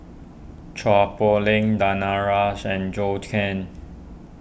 Chua Poh Leng Danaraj and Zhou Can